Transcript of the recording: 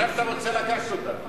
לשם אתה רוצה לקחת אותנו.